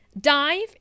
dive